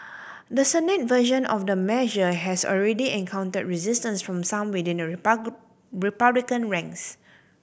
the Senate version of the measure has already encountered resistance from some within the Republican ranks